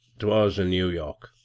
twas in new york.